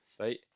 Right